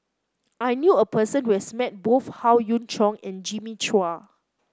I knew a person who has met both Howe Yoon Chong and Jimmy Chua